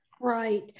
Right